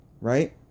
right